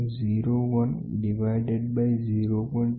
01 divided by 0